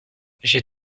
j’ai